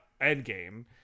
Endgame